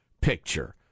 picture